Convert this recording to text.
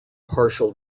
partial